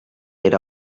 era